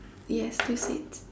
yes that's it